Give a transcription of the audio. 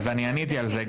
אז אני עניתי על זה.